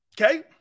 Okay